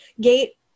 gate